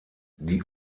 die